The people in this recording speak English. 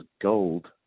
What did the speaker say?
gold